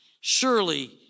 surely